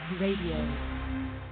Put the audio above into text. Radio